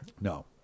No